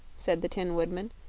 said the tin woodman.